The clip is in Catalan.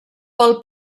pel